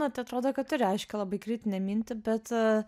na tai atrodo kad turi aiškią labai kritinę mintį bet